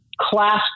class